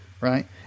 right